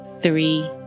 three